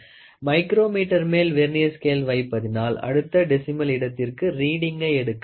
micrometre மேல் vernier scale வைப்பதினால் அடுத்த டெசிமல் இடத்திற்கு ரீடிங்கை எடுக்க முடியும்